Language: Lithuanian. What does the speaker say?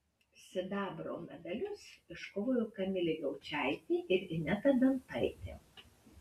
sidabro medalius iškovojo kamilė gaučaitė ir ineta dantaitė